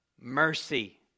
mercy